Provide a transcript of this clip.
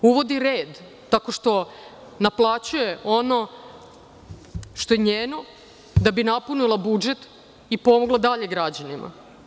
Uvodi red tako što naplaćuje ono što je njeno da bi napunila budžet i pomogla dalje građanima.